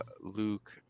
Luke